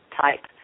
type